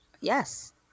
Yes